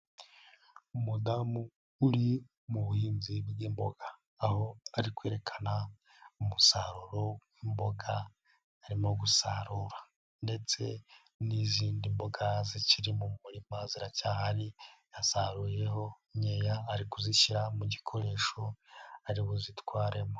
Umudamu uri mu buhinzi bw'imboga aho ari kwerekana umusaruro w'imboga arimo gusarura ndetse n'izindi mboga zikiri mu murima ziracyahari yasaruyeho nkeya ari kuzishyira mu gikoresho ari buzitwaremo.